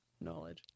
knowledge